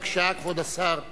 בבקשה, כבוד השר ישיב,